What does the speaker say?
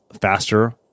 faster